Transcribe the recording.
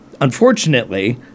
unfortunately